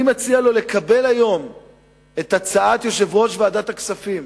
לקבל היום את הצעת יושב-ראש ועדת הכספים,